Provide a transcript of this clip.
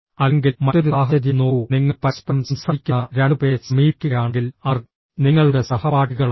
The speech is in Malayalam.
അല്ലെങ്കിൽ മറ്റൊരു സാഹചര്യം നോക്കൂ നിങ്ങൾ പരസ്പരം സംസാരിക്കുന്ന രണ്ട് പേരെ സമീപിക്കുകയാണെങ്കിൽ അവർ നിങ്ങളുടെ സഹപാഠികളാണ്